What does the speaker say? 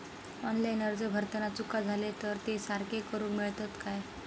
Online अर्ज भरताना चुका जाले तर ते सारके करुक मेळतत काय?